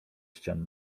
ścian